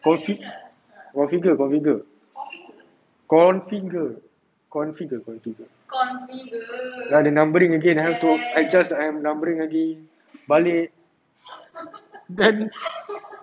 confi~ configure configure configure configure configure ya the numbering again and I just am numbering lagi balik then